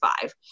five